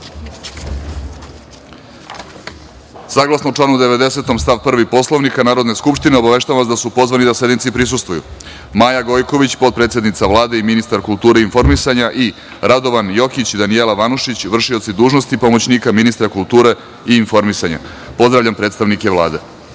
redu. Saglasno članu 90. stav 1. Poslovnika Narodne skupštine, obaveštavam vas da su pozvani da sednici prisustvuju: Maja Gojković, potpredsednica Vlade i ministar kulture i informisanja i Radovan Jokić i Danijela Vanušić, vršioci dužnosti pomoćnika ministra kulture i informisanja. Pozdravljam predstavnike Vlade. Molim